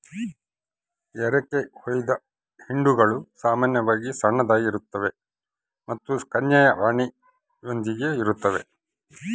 ಎರಕಹೊಯ್ದ ಹಿಂಡುಗಳು ಸಾಮಾನ್ಯವಾಗಿ ಸಣ್ಣದಾಗಿರ್ತವೆ ಮತ್ತು ಕನ್ಯೆಯ ರಾಣಿಯೊಂದಿಗೆ ಇರುತ್ತವೆ